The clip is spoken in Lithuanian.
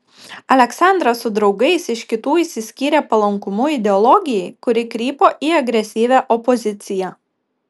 aleksandras su draugais iš kitų išsiskyrė palankumu ideologijai kuri krypo į agresyvią opoziciją